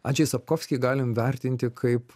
andžej sapkovski galim vertinti kaip